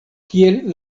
kiel